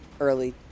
early